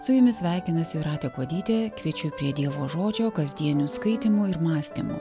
su jumis sveikinasi jūratė kuodytė kviečiu prie dievo žodžio kasdienių skaitymų ir mąstymų